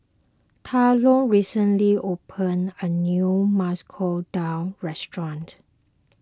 Talon recently opened a new Masoor Dal restaurant